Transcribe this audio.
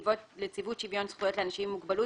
לנציבות שוויון זכויות לאנשים עם מוגבלות